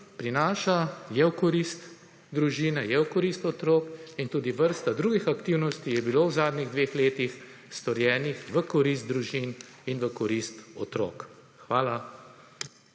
prinaša, je v korist družini, je v korist otrok in tudi vrsta drugih aktivnosti je bilo v zadnjih dveh letih storjenih v korist družin in v korist otrok. Hvala.